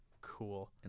cool